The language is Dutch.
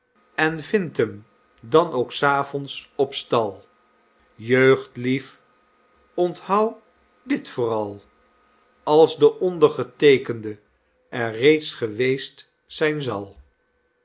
en vindt hem dan ook s avonds op stal de schoolmeester de gedichten van den schoolmeester jeugdlief onthou dit vooral als de ondergeteekende er reeds geweest zijn zal